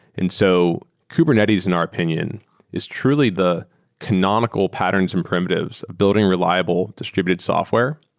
and so kubernetes in our opinion is truly the canonical patterns and primitives, building reliable distributed software.